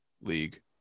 league